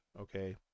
okay